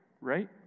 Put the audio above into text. right